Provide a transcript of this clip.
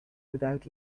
without